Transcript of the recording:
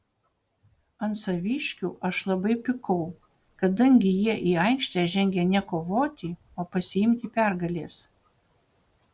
ant saviškių aš labai pykau kadangi jie į aikštę žengė ne kovoti o pasiimti pergalės